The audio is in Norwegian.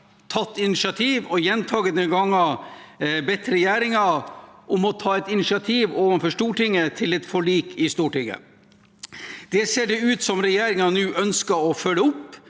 Opposisjonen har gjentatte ganger bedt regjeringen om å ta et initiativ overfor Stortinget om et forlik i Stortinget. Det ser det ut som om regjeringen nå ønsker å følge opp.